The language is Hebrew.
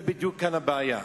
בדיוק כאן הבעיה.